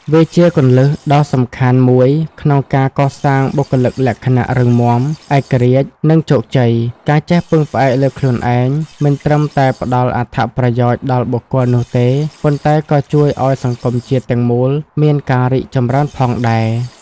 វាជាគន្លឹះដ៏សំខាន់មួយក្នុងការកសាងបុគ្គលិកលក្ខណៈរឹងមាំ ឯករាជ្យ និងជោគជ័យ។ ការចេះពឹងផ្អែកលើខ្លួនឯង មិនត្រឹមតែផ្ដល់អត្ថប្រយោជន៍ដល់បុគ្គលនោះទេ ប៉ុន្តែក៏ជួយឲ្យសង្គមជាតិទាំងមូលមានការរីកចម្រើនផងដែរ។